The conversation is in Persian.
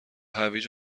هویج